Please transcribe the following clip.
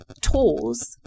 tools